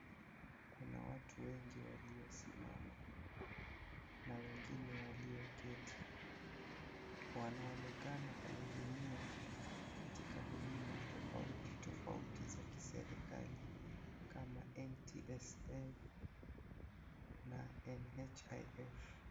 Kuna watu wengi waliosimama na wengine walioketi, wanaonekana kuhudumiwa katika huduma tofauti tofauti za serikali kama NTSA na NHIF.